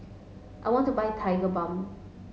I want to buy Tigerbalm